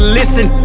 listen